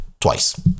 twice